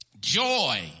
Joy